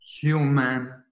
human